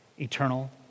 eternal